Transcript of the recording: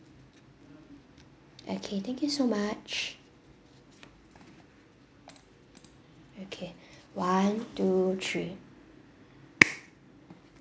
okay thank you so much okay one two three